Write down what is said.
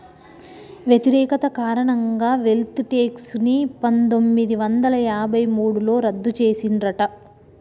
వ్యతిరేకత కారణంగా wealth tax ని పందొమ్మిది వందల యాభై మూడులో రద్దు చేసిండ్రట